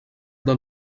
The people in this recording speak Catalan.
del